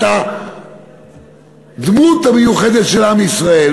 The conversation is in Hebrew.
את הדמות המיוחדת של עם ישראל.